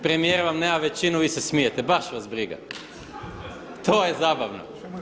Premijer vam nema većinu vi se smijete, baš vas briga to je zabavno.